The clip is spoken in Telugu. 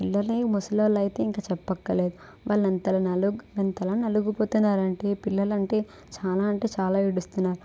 పిల్లలే ముసలి వాళ్ళు అయితే ఇంకా చెప్పక్కర్లేదు వాళ్ళు అంతల నలుగు వాళ్ళు ఎంతలా నలిగిపోతున్నారు అంటే పిల్లలంటే చాలా అంటే చాలా ఏడుస్తున్నారు